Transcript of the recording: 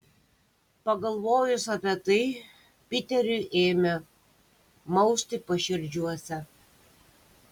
pagalvojus apie tai piteriui ėmė mausti paširdžiuose